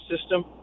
system